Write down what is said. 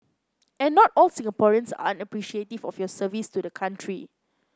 and not all Singaporeans are unappreciative of your service to the country